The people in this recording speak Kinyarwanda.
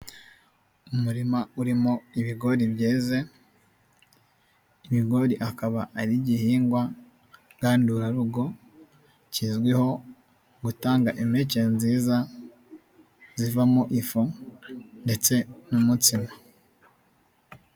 Umurima urimo ibigori byeze. Ibigori akaba ari igihingwa, ngandurarugo, kizwiho gutanga impeke nziza, zivamo ifu, ndetse n'umutsima.